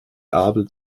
abel